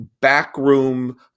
backroom